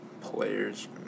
players